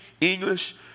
English